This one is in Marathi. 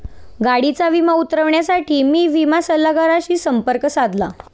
गाडीचा विमा उतरवण्यासाठी मी विमा सल्लागाराशी संपर्क साधला